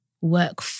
work